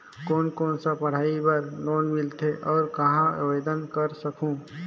कोन कोन सा पढ़ाई बर लोन मिलेल और कहाँ आवेदन कर सकहुं?